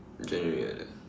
January